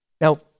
Now